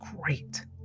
great